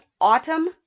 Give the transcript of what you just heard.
Autumn